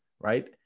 right